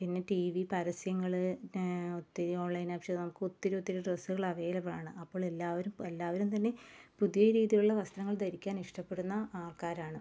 പിന്നെ T V പരസ്യങ്ങൾ പിന്നെ ഒത്തിരി ഓൺലൈൻ ഓപ്ഷൻ നമുക്ക് ഒത്തിരി ഒത്തിരി ഡ്രസ്സുകൾ അവൈലബിൾ ആണ് അപ്പോൾ എല്ലാവരും എല്ലാവരും തന്നെ പുതിയ രീതിയിലുള്ള വസ്ത്രങ്ങൾ ധരിക്കാൻ ഇഷ്ടപ്പെടുന്ന ആൾക്കാരാണ്